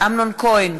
אמנון כהן,